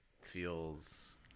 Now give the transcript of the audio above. feels